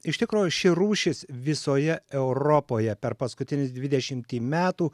iš tikro ši rūšis visoje europoje per paskutinius dvidešimtį metų